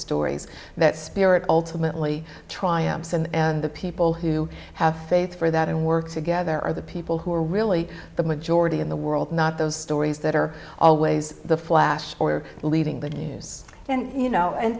stories that spirit ultimately triumphs and the people who have faith for that and work together are the people who are really the majority in the world not those stories that are always the flash or leading the news and you know and